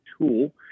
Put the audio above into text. tool